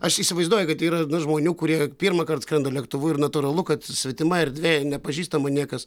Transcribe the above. aš įsivaizduoju kad yra žmonių kurie pirmąkart skrenda lėktuvu ir natūralu kad svetima erdvė ir nepažįstama niekas